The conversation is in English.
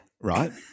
right